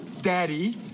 daddy